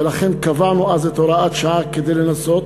ולכן קבענו אז את הוראת השעה כדי לנסות.